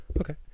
okay